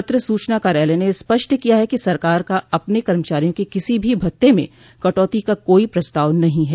पत्र सूचना कार्यालय ने स्पष्ट किया है कि सरकार का अपने कर्मचारियों के किसी भी भत्ते में कटौती का कोई प्रस्ताव नहीं है